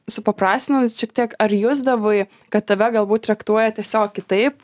supaprastinus šiek tiek ar jusdavai kad tave galbūt traktuoja tiesiog kitaip